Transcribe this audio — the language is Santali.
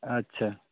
ᱟᱪᱪᱷᱟ